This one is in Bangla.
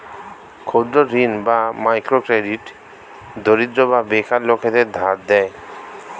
ক্ষুদ্র ঋণ বা মাইক্রো ক্রেডিট দরিদ্র বা বেকার লোকদের ধার দেয়